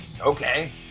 okay